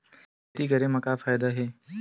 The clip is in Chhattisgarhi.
खेती करे म का फ़ायदा हे?